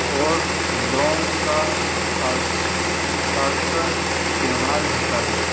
اور لونگ کا خاص خاصہ استعمال ہوتا ہے